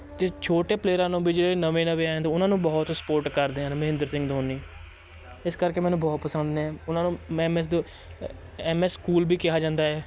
ਅਤੇ ਛੋਟੇ ਪਲੇਅਰਾਂ ਨੂੰ ਵੀ ਜਿਹੜੇ ਨਵੇਂ ਨਵੇਂ ਆਏ ਹੁੰਦੇ ਉਹਨਾਂ ਨੂੰ ਬਹੁਤ ਸਪੋਰਟ ਕਰਦੇ ਹਨ ਮਹਿੰਦਰ ਸਿੰਘ ਧੋਨੀ ਇਸ ਕਰਕੇ ਮੈਨੂੰ ਬਹੁਤ ਪਸੰਦ ਨੇ ਉਹਨਾਂ ਨੂੰ ਮੈਮ ਮੈਸ ਧੋ ਅ ਐੱਮ ਐੱਸ ਕੂਲ ਵੀ ਕਿਹਾ ਜਾਂਦਾ ਹੈ